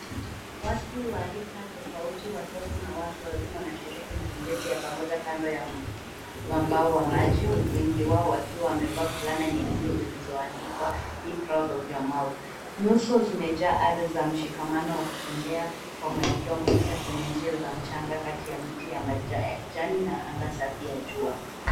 Watu wa rika tofauti, watoto na watu wazima wanashiriki matembezi ya pamoja kando ya mwambao wa maji .Wengi wao wakiwa wamevaa fulana nyekundu zilizoandikwa be proud of your mouth .Nyuso zimejaa hari za mshikamano wakitembea kwa muelekeo mmoja kwenye njia ya mchanga kati ya miti ya kijani na anga safi ya jua.